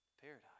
paradise